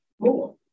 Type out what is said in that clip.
more